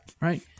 Right